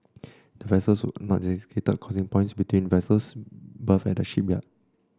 there were also no designated crossing points between vessels berthed at the shipyard